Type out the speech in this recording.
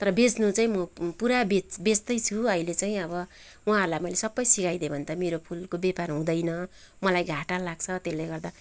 तर बेच्नु चाहिँ म पुरा बेच बेच्दैछु अहिले चाहिँ अब उहाँहरूलाई मैले सबै सिकाइदिएँ भने त मेरो फुलको व्यापार हुँदैन मलाई घाटा लाग्छ त्यसले गर्दा